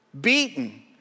beaten